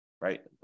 right